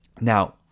Now